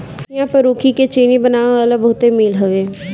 इहां पर ऊखी के चीनी बनावे वाला बहुते मील हवे